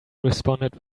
responded